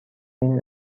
این